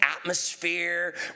atmosphere